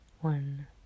one